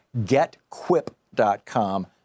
Getquip.com